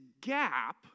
gap